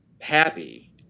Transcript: happy